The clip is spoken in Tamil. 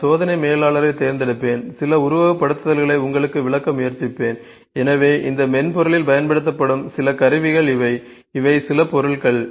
நான் சோதனை மேலாளரைத் தேர்ந்தெடுப்பேன் சில உருவகப்படுத்துதல்களை உங்களுக்கு விளக்க முயற்சிப்பேன் எனவே இந்த மென்பொருளில் பயன்படுத்தப்படும் சில கருவிகள் இவை இவை சில பொருள்கள்